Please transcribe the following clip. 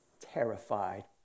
terrified